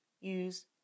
use